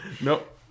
nope